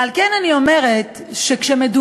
מאמין שאסור לנו לוותר